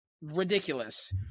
ridiculous